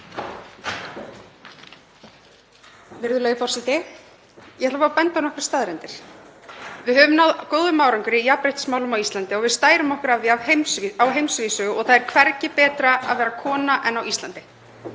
Virðulegi forseti. Ég ætla að fá að benda á nokkrar staðreyndir. Við höfum náð góðum árangri í jafnréttismálum á Íslandi og við stærum okkur af því á heimsvísu og það er hvergi betra að vera kona en á Íslandi.